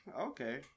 Okay